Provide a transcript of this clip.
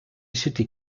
city